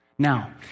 Now